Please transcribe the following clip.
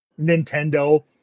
Nintendo